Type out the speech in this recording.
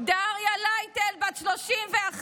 דריה לייטל, בת 31,